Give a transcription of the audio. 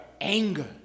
anger